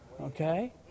Okay